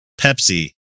Pepsi